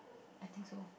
I think so